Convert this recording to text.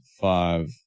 five